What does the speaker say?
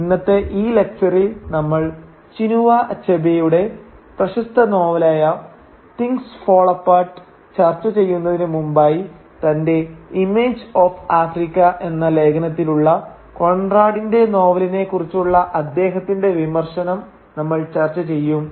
ഇന്നത്തെ ഈ ലക്ച്ചറിൽ നമ്മൾ ചിനുവ അച്ഛബെയുടെ പ്രശസ്ത നോവലായ 'തിങ്ങ്സ് ഫാൾ അപ്പാർട്ട്' ചർച്ച ചെയ്യുന്നതിനു മുമ്പായി തന്റെ ഇമേജ് ഓഫ് ആഫ്രിക്ക എന്ന ലേഖനത്തിലുള്ള കോൺറാടിന്റെ നോവലിനെ കുറിച്ചുള്ള അദ്ദേഹത്തിന്റെ വിമർശനം നമ്മൾ ചർച്ച ചെയ്യും